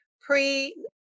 pre